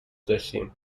داشتیم